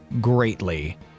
greatly